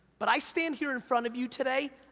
but i stand here in front of you today,